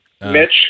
Mitch